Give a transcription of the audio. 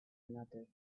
another